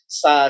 sa